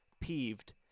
peeved